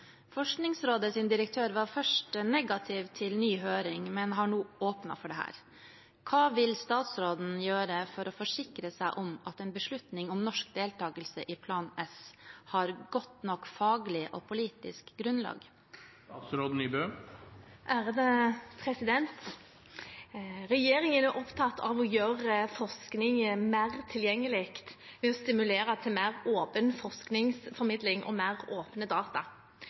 direktør var først negativ til en ny høring, men har nå åpnet for dette. Hva vil statsråden gjøre for å forsikre seg om at en beslutning om norsk deltakelse i Plan S har godt nok faglig og politisk grunnlag?» Regjeringen er opptatt av å gjøre forskning mer tilgjengelig ved å stimulere til mer åpen forskningsformidling og mer åpne data.